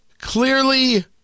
clearly